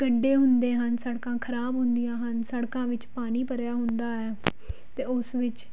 ਗੱਡੇ ਹੁੰਦੇ ਹਨ ਸੜਕਾਂ ਖ਼ਰਾਬ ਹੁੰਦੀਆਂ ਹਨ ਸੜਕਾਂ ਵਿੱਚ ਪਾਣੀ ਭਰਿਆ ਹੁੰਦਾ ਆ ਅਤੇ ਉਸ ਵਿੱਚ